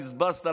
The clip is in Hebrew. בזבזת,